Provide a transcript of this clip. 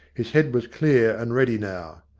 his head was clear and ready now.